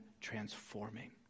transforming